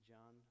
John